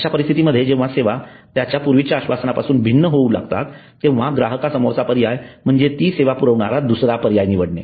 अश्या परिस्थितीमध्ये जेंव्हा सेवा त्याच्या पूर्वीच्या आश्वासनांपासून भिन्न होऊ लागतात तेंव्हा ग्राहकांसमोरचा पर्याय म्हणजे ती सेवा पुरविणारा दुसरा पर्याय निवडणे